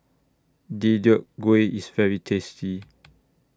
Deodeok Gui IS very tasty